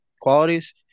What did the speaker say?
qualities